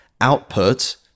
output